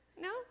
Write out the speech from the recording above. no